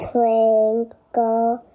Twinkle